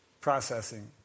processing